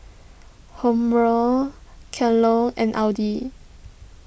Hormel Kellogg's and Audi